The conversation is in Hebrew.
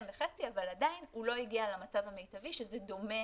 בחצי אבל עדיין הוא לא הגיע למצב המיטבי שזה דומה